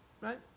right